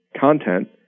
content